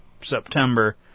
September